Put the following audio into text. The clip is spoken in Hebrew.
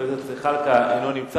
חבר הכנסת זחאלקה, אינו נמצא.